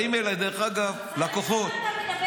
באים אליי לקוחות -- למה אתה מדבר